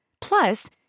Plus